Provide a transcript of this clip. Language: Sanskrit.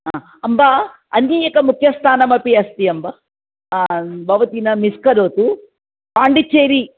हा अम्ब अन्यत् एकं मुख्यस्थानमपि अस्ति अम्ब भवती न मिस् करोतु पाण्डीचेरि